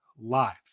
life